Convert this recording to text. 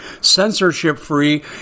censorship-free